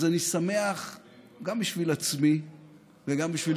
אז אני שמח גם בשביל עצמי וגם בשביל